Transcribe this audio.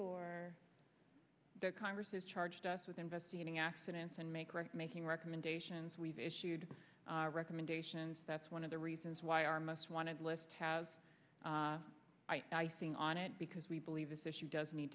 or the congress is charged with investigating accidents and may correct making recommendations we've issued recommendations that's one of the reasons why our most wanted list have been on it because we believe this issue does need